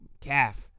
calf